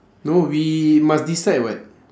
no we must decide what